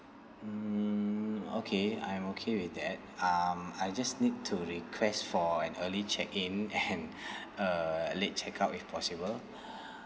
um okay I'm okay with that um I just need to request for an early check in and a late check out if possible